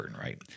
Right